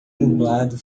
nublado